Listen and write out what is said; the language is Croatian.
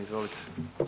Izvolite.